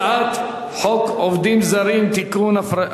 הצעת חוק עובדים זרים (תיקון,